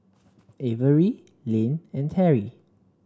Averie Lynn and Terry